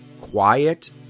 quiet